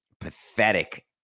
pathetic